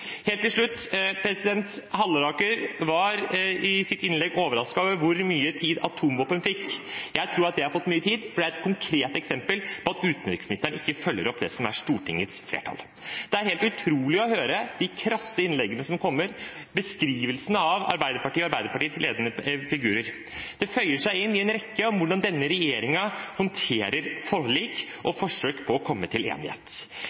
Halleraker var i sitt innlegg overrasket over hvor mye tid som ble viet atomvåpen. Jeg tror det fikk mye tid fordi det er et konkret eksempel på at utenriksministeren ikke følger opp Stortingets flertall. Det er helt utrolig å høre de krasse innleggene som kommer, beskrivelsene av Arbeiderpartiet og Arbeiderpartiets ledende figurer. Det føyer seg inn i en rekke for hvordan denne regjeringen håndterer forlik og forsøk på å komme til enighet.